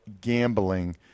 gambling